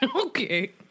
Okay